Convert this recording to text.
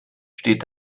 steht